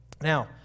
Now